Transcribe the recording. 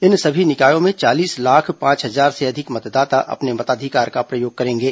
इन सभी निकायों में चालीस लाख पांच हजार से अधिक मतदाता अपने मताधिकार का प्रयोग करेंगे